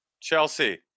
Chelsea